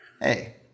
Hey